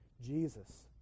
Jesus